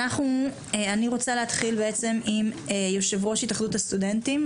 אני רוצה להתחיל בעצם עם יושב-ראש התאחדות הסטודנטים,